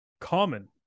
common